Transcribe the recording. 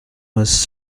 was